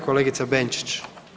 Kolegice Benčić.